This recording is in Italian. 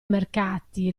mercati